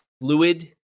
fluid